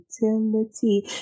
Utility